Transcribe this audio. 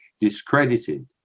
discredited